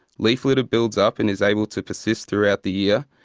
leaf litter builds up and is able to persist throughout the year,